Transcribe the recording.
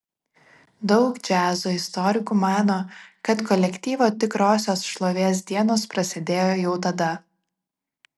daug džiazo istorikų mano kad kolektyvo tikrosios šlovės dienos prasidėjo jau tada